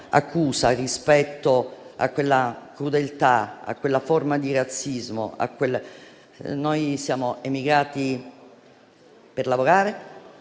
accusa rispetto alla crudeltà e a qualsiasi forma di razzismo: noi siamo emigrati per lavorare,